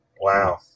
Wow